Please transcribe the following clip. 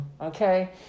Okay